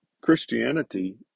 Christianity